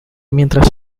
mientras